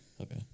Okay